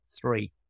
three